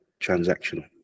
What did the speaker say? transactional